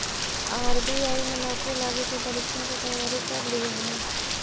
RBI में नौकरी लागी तु परीक्षा के तैयारी कर लियहून